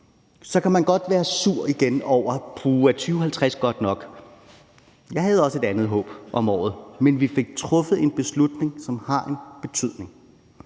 Så kan man godt være sur igen og spørge, om 2050 er godt nok. Jeg havde også et andet håb om året, men vi fik truffet en beslutning, som har en betydning,